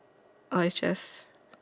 orh it's just